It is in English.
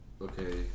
Okay